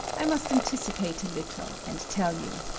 i must anticipate a little, and tell you.